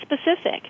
specific